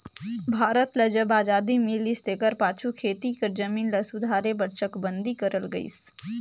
भारत ल जब अजादी मिलिस तेकर पाछू खेती कर जमीन ल सुधारे बर चकबंदी करल गइस